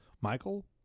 Michael